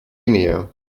guinea